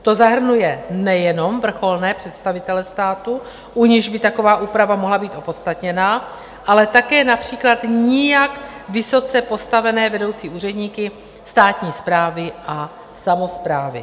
To zahrnuje nejenom vrcholné představitele státu, u nichž by taková úprava mohla být opodstatněná, ale také například nijak vysoce postavené vedoucí úředníky státní správy a samosprávy.